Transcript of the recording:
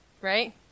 Right